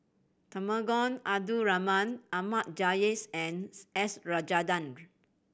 Temenggong Abdul Rahman Ahmad Jais and S Rajendran